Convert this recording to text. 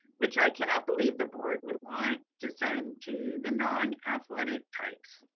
which i cannot believe the board would want to send to the non-athletic types.